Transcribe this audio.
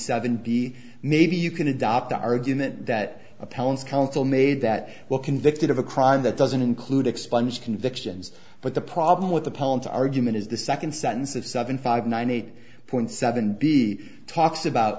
seven b maybe you can adopt the argument that appellant's counsel made that well convicted of a crime that doesn't include expunged convictions but the problem with the poem to argument is the second sentence of seven five nine eight point seven b talks about